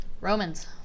romans